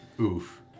Oof